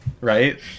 Right